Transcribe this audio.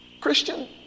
Christian